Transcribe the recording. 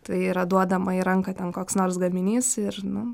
tai yra duodama į ranką ten koks nors gaminys ir nu